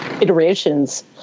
iterations